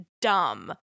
Dumb